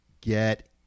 Get